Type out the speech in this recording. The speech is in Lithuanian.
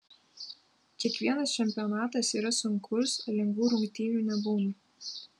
kiekvienas čempionatas yra sunkus lengvų rungtynių nebūna